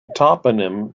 toponym